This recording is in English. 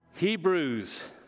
Hebrews